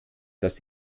das